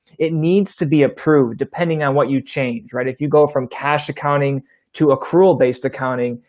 it needs to be approved depending on what you change. right? if you go from cash accounting to accrual based accounting,